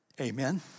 Amen